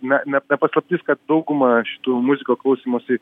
na ne nepaslaptis kad dauguma šitų muzikos klausymosi